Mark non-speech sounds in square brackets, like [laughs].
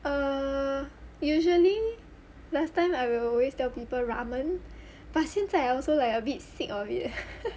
err usually last time I will always tell people ramen but 现在 I also like a bit sick of it eh [laughs]